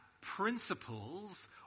principles